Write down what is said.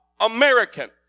American